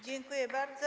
Dziękuję bardzo.